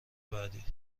بعدی